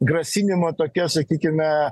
grasinimą tokia sakykime